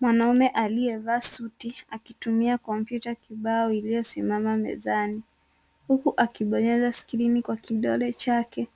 Mwanaume aliyevaa suti akitumia kompyuta kibao iliyosimama mezani huku akibonyeza skrini kwa kidole chake.